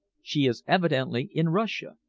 she is evidently in russia.